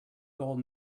gold